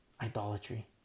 Idolatry